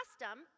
custom